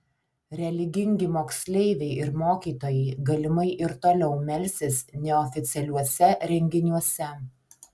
religingi moksleiviai ir mokytojai galimai ir toliau melsis neoficialiuose renginiuose